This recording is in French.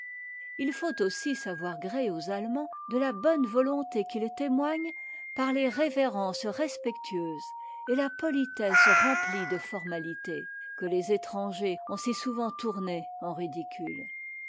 il faut aussi savoir gré aux allemands de la bonne volonté qu'ils témoignent par les révérences respectueuses et la politesse remplie de formalités que les étrangers ont si souvent tournées en ridicule